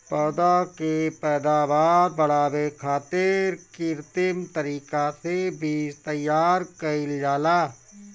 पौधा के पैदावार बढ़ावे खातिर कित्रिम तरीका से बीज तैयार कईल जाला